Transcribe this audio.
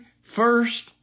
first